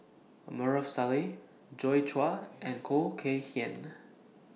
Maarof Salleh Joi Chua and Khoo Kay Hian